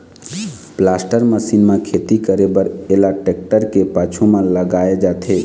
planter machine म खेती करे बर एला टेक्टर के पाछू म लगाए जाथे